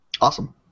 Awesome